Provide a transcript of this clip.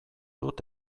dut